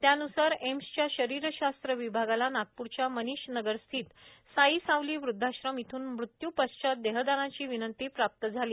त्यान्सार एम्सच्या शरीरशास्त्र विभागाला नागप्रच्या मनिष नगरस्थित साईसावली वृद्धाश्रम येथून मृत्यूपश्चात देहदानाची विनंती प्राप्त झाली